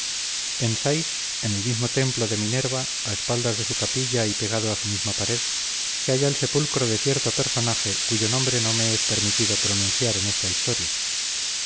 sais en el mismo templo de minerva a espaldas de su capilla y pegado a su misma pared se halla el sepulcro de cierto personaje cuyo nombre no me es permitido pronunciar en esta historia